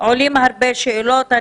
עולות הרבה שאלות.